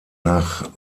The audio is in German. nach